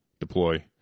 deploy